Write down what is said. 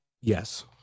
Yes